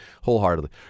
wholeheartedly